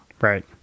right